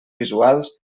visuals